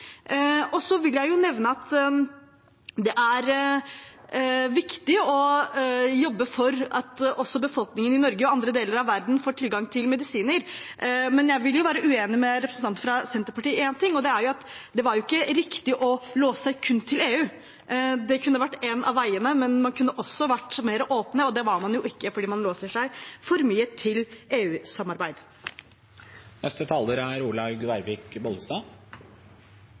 Så vil jeg nevne at det er viktig å jobbe for at befolkningen i Norge og i andre deler av verden får tilgang til medisiner, men jeg vil være uenig med representanten fra Senterpartiet i én ting, og det er at det ikke var riktig å låse seg kun til EU. Det var én av veiene, men man kunne også vært mer åpen, og det var man ikke fordi man låste seg for mye til EU-samarbeidet. Jeg er